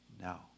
now